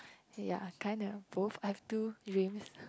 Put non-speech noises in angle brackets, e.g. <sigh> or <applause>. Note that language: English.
ya kind of both I have two dreams <breath>